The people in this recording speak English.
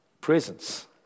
presence